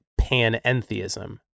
panentheism